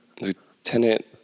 Lieutenant